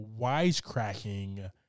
wisecracking